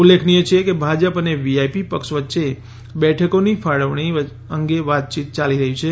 ઉલ્લેખનીય છે કે ભાજપ અને વીઆઇપી પક્ષ વચ્ચે બેઠકોની વહેંચણી અંગે વાતચીત યાલી રહી છે